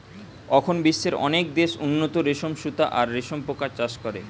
অখন বিশ্বের অনেক দেশ উন্নত রেশম সুতা আর রেশম পোকার চাষ করে